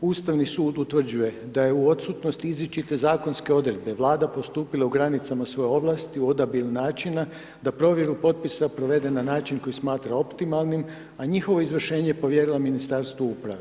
Ustavni sud utvrđuje da je u odsutnosti izričite zakonske odredbe Vlada postupila u granicama svoje ovlasti u odabiru načina, da provjeru potpisa provede na način koji smatra optimalnim, a njihovo izvršenje povjerila Ministarstvu uprave.